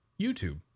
YouTube